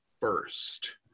first